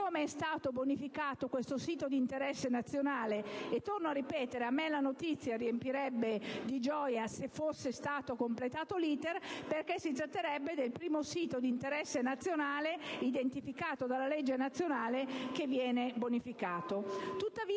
come è stato bonificato questo sito di interesse nazionale. Torno a ripetere che la notizia mi riempirebbe di gioia se fosse stato completato l'*iter*, perché si tratterebbe del primo sito di interesse nazionale, identificato dalla legge nazionale, ad essere bonificato.